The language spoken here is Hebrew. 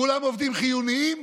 כולם עובדים חיוניים?